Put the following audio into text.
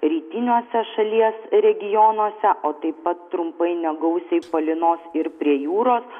rytiniuose šalies regionuose o taip pat trumpai negausiai palynos ir prie jūros